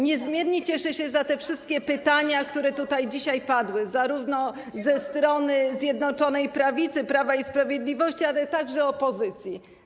Niezmiernie cieszę się z powodu tych wszystkich pytań, które tutaj dzisiaj padły, zarówno ze strony Zjednoczonej Prawicy, Prawa i Sprawiedliwości, jak i opozycji.